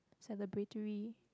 celebratory